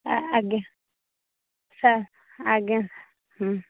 ଆଜ୍ଞା ସାର୍ ଆଜ୍ଞା